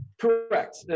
Correct